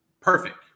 perfect